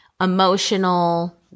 emotional